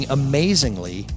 amazingly